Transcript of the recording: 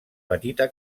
petita